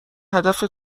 هدف